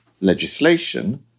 legislation